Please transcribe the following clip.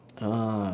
ah